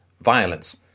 Violence